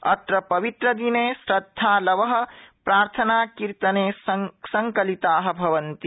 अत्र पवित्रदिने श्रद्धालव प्रार्थना कीतने संकलिता भवन्ति